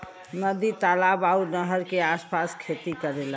नदी तालाब आउर नहर के आस पास खेती करेला